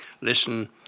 listen